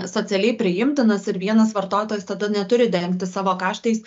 socialiai priimtinas ir vienas vartotojas tada neturi dengti savo kaštais